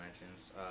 mentions